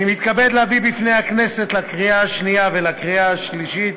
אני מתכבד להביא בפני הכנסת לקריאה שנייה ולקריאה שלישית